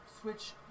switch